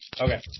Okay